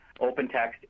OpenText